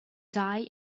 die